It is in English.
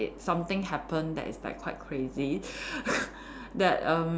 something happened that is like quite crazy that erm